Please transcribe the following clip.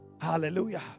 Hallelujah